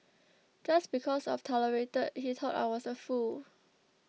just because I've tolerated he thought I was a fool